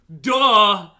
Duh